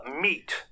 meat